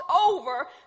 over